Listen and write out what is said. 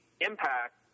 impact